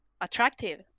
attractive